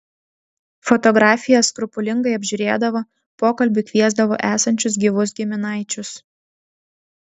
fotografijas skrupulingai apžiūrėdavo pokalbiui kviesdavo esančius gyvus giminaičius